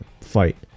fight